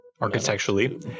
Architecturally